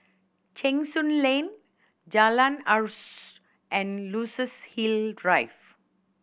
Cheng Soon Lane Jalan and Luxus Hill Drive